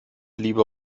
liebe